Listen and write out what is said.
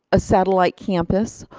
a satellite campus,